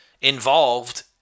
involved